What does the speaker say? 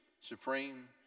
supreme